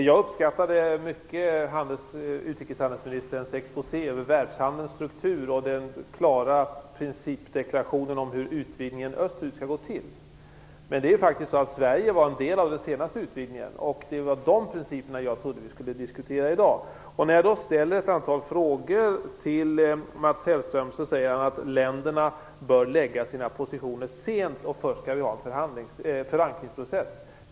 Jag uppskattade mycket utrikeshandelsministerns exposé över världshandelns struktur och den klara principdeklarationen om hur utvidgningen österut skall gå till, men Sverige var faktiskt en del av den senaste utvidgningen, och det var principerna för den som jag trodde att vi skulle diskutera i dag. När jag då ställer ett antal frågor till Mats Hellström säger denne att länderna bör ange sina positioner sent och att vi först skall ha en förankringsprocess.